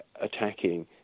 attacking